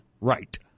right